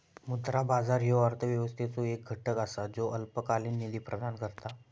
मुद्रा बाजार ह्यो अर्थव्यवस्थेचो एक घटक असा ज्यो अल्पकालीन निधी प्रदान करता